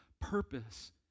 purpose